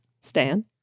Stan